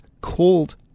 called